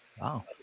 Wow